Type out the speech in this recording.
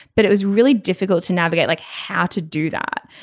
but it was really difficult to navigate like how to do that.